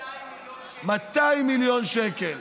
200 מיליון שקל.